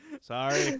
Sorry